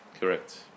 Correct